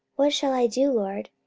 what shall i do, lord?